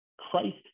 Christ